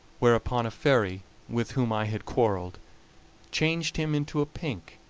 whereupon a fairy with whom i had quarrelled changed him into a pink,